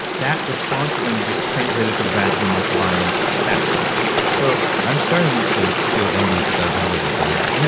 that response then gets translated to the vaginal microbiome that quickly so i'm starting to feel envy because i don't have a vagina and yeah